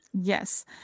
Yes